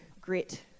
grit